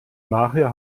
nachher